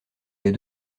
les